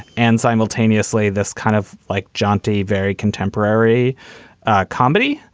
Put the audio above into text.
and simultaneously, this kind of like jaunty, very contemporary comedy,